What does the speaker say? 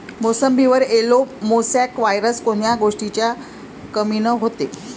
मोसंबीवर yellow mosaic virus कोन्या गोष्टीच्या कमीनं होते?